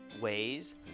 ways